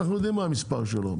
אנחנו יודעים מה המספר שלו,